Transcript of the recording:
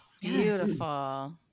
Beautiful